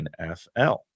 NFL